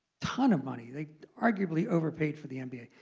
ton of money. they arguably overpaid for the nba.